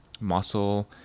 muscle